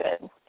good